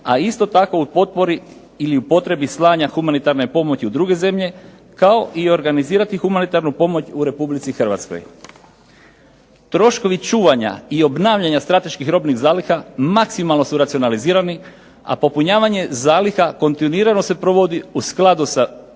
a isto tako u potpori ili u potrebi slanja humanitarne pomoći u druge zemlje, kao i organizirati humanitarnu pomoć u Republici Hrvatskoj. Troškovi čuvanja i obnavljanja strateških robnih zaliha maksimalno su racionalizirani, a popunjavanje zaliha kontinuirano se provodi u skladu sa